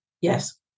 Yes